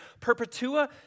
Perpetua